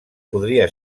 podria